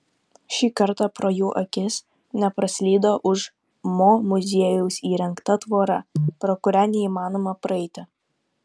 šį kartą pro jų akis nepraslydo už mo muziejaus įrengta tvora pro kurią neįmanoma praeiti